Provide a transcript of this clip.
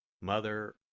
Mother